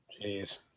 Jeez